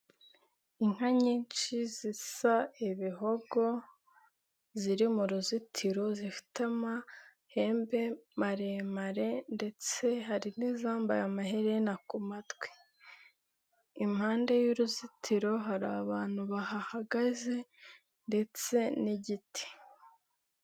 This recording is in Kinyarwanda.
Inka nyinshi zisa ibihogo, ziri mu ruzitiro, zifite amahembe maremare ndetse hari n'izambaye amaherena ku matwi. Impande y'uruzitiro hari abantu bahagaze ndetse n'igiti.